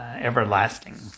everlasting